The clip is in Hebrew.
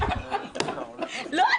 לא.